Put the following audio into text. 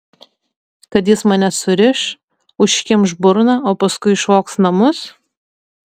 kad jis mane suriš užkimš burną o paskui išvogs namus